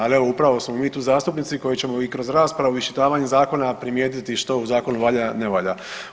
Ali evo upravo smo mi tu zastupnici koji ćemo i kroz raspravu, iščitavanje zakona primijetiti što u zakonu valja, ne valja.